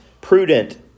Prudent